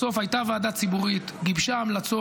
בסוף הייתה ועדה ציבורית שגיבשה המלצות.